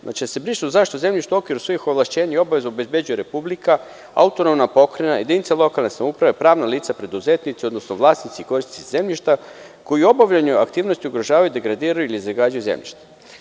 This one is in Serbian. Znači, da se brišu „zaštitu zemljišta u okviru svih ovlašćenja i obaveza obezbeđuje Republika, AP, jedinica lokalne samouprave, pravna lica, preduzetnici, odnosno vlasnici, korisnici zemljišta, koji obavljanje aktivnosti ugrožavaju, degradiraju ili zagađuju zemljište“